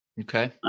okay